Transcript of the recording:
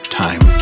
time